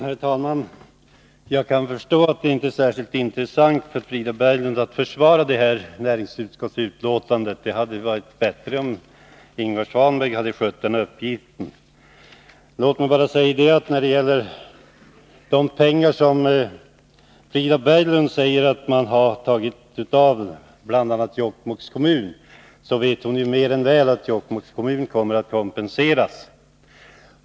Herr talman! Jag kan förstå att det inte är särskilt intressant för Frida Berglund att försvara detta betänkande från näringsutskottet. Det hade varit bättre, om Ingvar Svanberg hade skött den uppgiften. De pengar som Frida Berglund säger att man har tagit av bl.a. Jokkmokk kommer kommunen -— vilket Frida Berglund mer än väl vet — att få kompensation för.